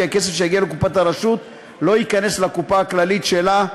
הכסף שיגיע לקופת הרשות לא ייכנס לקופה הכללית שלה,